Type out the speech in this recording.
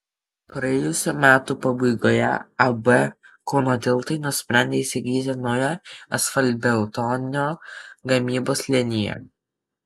praėjusių metų pabaigoje ab kauno tiltai nusprendė įsigyti naują asfaltbetonio gamybos liniją